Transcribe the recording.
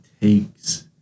takes